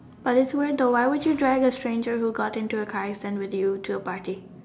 but it's weird why would you drag a stranger who got into a car accident with you to a party